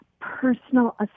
personal